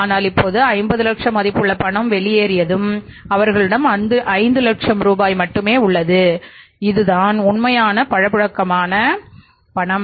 ஆனால் இப்போது 50 லட்சம் மதிப்புள்ள பணம் வெளியேறியதும் அவர்களிடம் 5 லட்சம் ரூபாய் மட்டுமே உள்ளது இதுதான் உண்மையான பணப்புழக்கமான பணம்